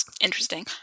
Interesting